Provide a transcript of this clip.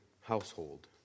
household